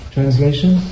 Translation